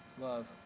love